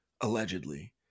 allegedly